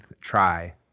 try